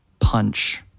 Punch